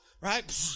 Right